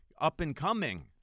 up-and-coming